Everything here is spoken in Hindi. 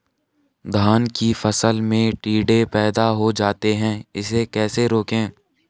धान की फसल में टिड्डे पैदा हो जाते हैं इसे कैसे रोकें?